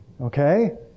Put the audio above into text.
Okay